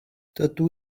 dydw